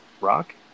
rock